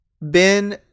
Ben